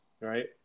right